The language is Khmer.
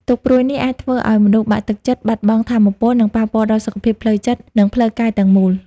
ទុក្ខព្រួយនេះអាចធ្វើឲ្យមនុស្សបាក់ទឹកចិត្ត បាត់បង់ថាមពល និងប៉ះពាល់ដល់សុខភាពផ្លូវចិត្ត និងផ្លូវកាយទាំងមូល។